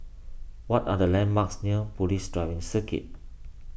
what are the landmarks near Police Driving Circuit